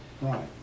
Right